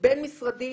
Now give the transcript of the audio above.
הבין-משרדית